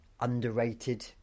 underrated